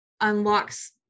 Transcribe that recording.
unlocks